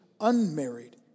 unmarried